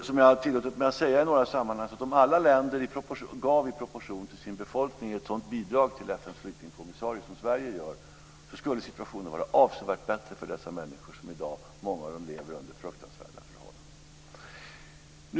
Som jag i några sammanhang tillåtit mig att säga: Sverige gör skulle situationen vara avsevärt mycket bättre för dessa människor, av vilka många i dag lever under fruktansvärda förhållanden.